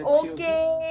okay